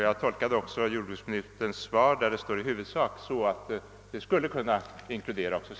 Jag tolkar jordbruksministerns »i huvudsaklig överensstämmelse» så, att även Södermanland skall kunna inkluderas.